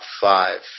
five